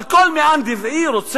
אבל לא ייתכן שכל מאן דהוא ובכל סוג של